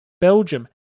Belgium